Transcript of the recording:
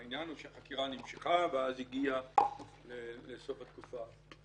העניין הוא שהחקירה נמשכה ואז הגיעה לסוף התקופה.